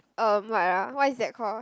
(uh)what ah what is that called